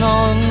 on